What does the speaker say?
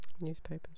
Newspapers